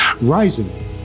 rising